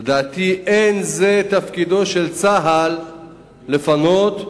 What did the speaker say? לדעתי אין זה תפקידו של צה"ל לפנות מתיישבים,